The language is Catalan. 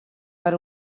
per